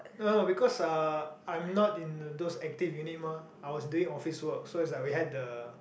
no because uh I'm not in those active unit mah I was doing office work so it's like we had the